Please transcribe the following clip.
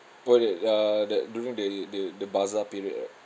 put it uh that during they the the bazaar period ah